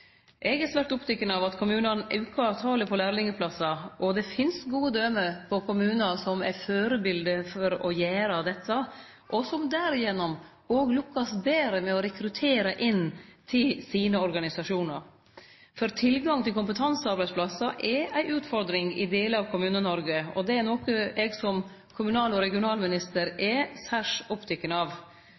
Eg er svært oppteken av at kommunane aukar talet på lærlingplassar, og det finst gode døme på kommunar som er førebilete her, og som gjennom dette òg lukkast betre med å rekruttere inn til sine organisasjonar. For tilgangen til kompetansearbeidsplassar er ei utfordring i delar av Kommune-Noreg, og dette er noko eg som kommunal- og regionalminister er særs oppteken av.